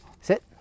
sit